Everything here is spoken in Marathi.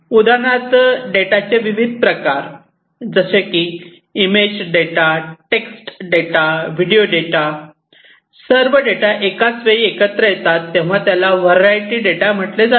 उदाहरणार्थ डेटाचे विविध प्रकार image data text data video data सर्व एकाच वेळी एकत्र येतात तेव्हा त्याला व्हरायटी डेटा म्हटले जाते